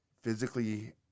physically